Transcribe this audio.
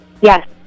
Yes